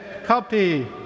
Copy